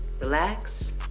relax